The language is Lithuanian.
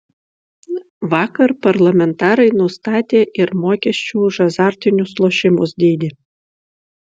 vakar parlamentarai nustatė ir mokesčių už azartinius lošimus dydį